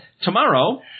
Tomorrow